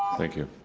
thank you.